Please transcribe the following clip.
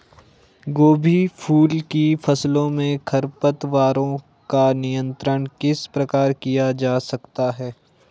गोभी फूल की फसलों में खरपतवारों का नियंत्रण किस प्रकार किया जा सकता है?